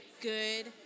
good